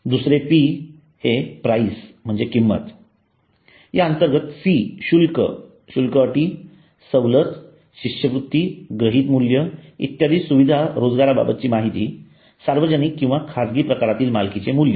दुसरे P हे price म्हणजे किंमत या अंतर्गत फी शुल्क अटी सवलत शिष्यवृत्ती गृहीत मूल्य इतर सुविधा रोजगाराबाबतची माहिती सार्वजनिक किंवा खाजगी प्रकारातील मालकीचे मूल्य